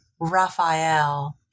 Raphael